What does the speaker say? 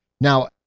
now